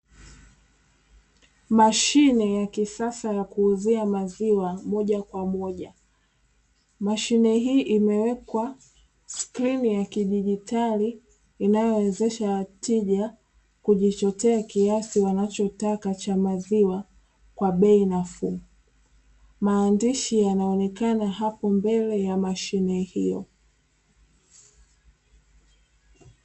Mashine ya kisasa ya kuuzia maziwa moja kwa moja hii imewekwa skrini ya kidijitali, inayowezesha wateja kujichotea kiasi wanachotaka cha maziwa kwa bei nafuu, maandishi yanaonekana hapo mbele ya mashine hiyo.